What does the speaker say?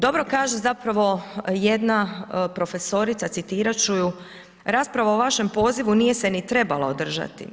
Dobro kaže zapravo jedna profesorica, citirat ću ju, rasprava o vašem opozivu nije se ni trebala održati.